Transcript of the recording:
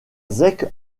zec